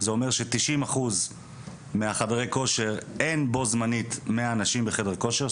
זה אומר ש-90% מחדרי הכושר אין בו-זמנית 100 אנשים בחדר כושר,